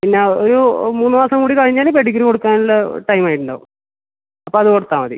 പിന്നെ ഒരു മൂന്ന് മാസം കൂടി കഴിഞ്ഞാൽ പെഡിഗ്രി കൊടുക്കുവാനുള്ള ടൈമായിട്ടുണ്ടാവും അപ്പം അത് കൊടുത്താൽ മതി